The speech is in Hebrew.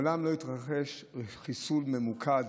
מעולם לא התרחש חיסול ממוקד,